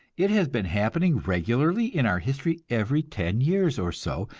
it has been happening regularly in our history every ten years or so,